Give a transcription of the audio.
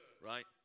Right